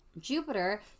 Jupiter